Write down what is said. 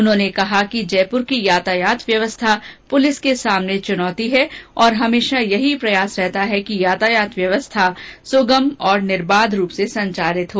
उन्होंने कहा कि जयपुर की यातायात व्यवस्था पुलिस के सामने चुनौती है और हमेशा यही प्रयास रहता है कि यातायात व्यवस्था सुगम और निर्बाध रूप से संचालित हो